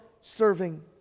serving